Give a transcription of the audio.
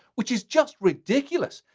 which is just ridiculous.